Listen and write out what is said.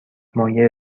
مایع